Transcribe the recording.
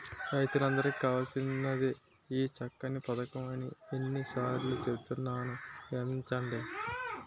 రైతులందరికీ కావాల్సినదే ఈ చక్కని పదకం అని ఎన్ని సార్లో చెబుతున్నారు గమనించండి